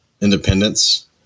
independence